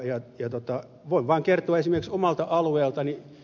voin vaan kertoa esimerkin omalta alueeltani